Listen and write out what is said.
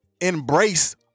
Embrace